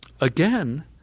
Again